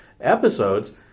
episodes